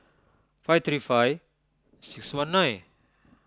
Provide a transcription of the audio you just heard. five three five six one nine